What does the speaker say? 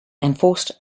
enforced